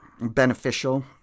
beneficial